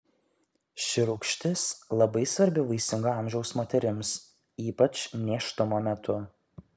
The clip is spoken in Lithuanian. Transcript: ši rūgštis labai svarbi vaisingo amžiaus moterims ypač nėštumo metu